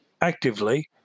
actively